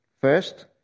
first